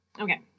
Okay